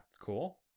Cool